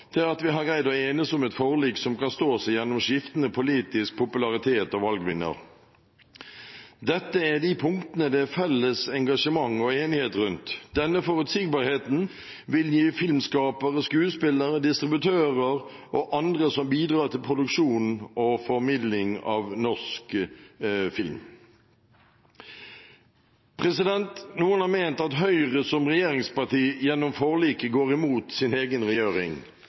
til at vi har greid å enes om et forlik som kan stå seg gjennom skiftende politisk popularitet og valgvinder. Dette er de punktene det er felles engasjement om og enighet rundt. Denne forutsigbarheten vil vi gi filmskapere, skuespillere, distributører og andre som bidrar til produksjon og formidling av norsk film. Noen har ment at Høyre som regjeringsparti gjennom forliket går imot egen regjering.